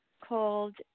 called